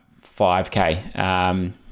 5K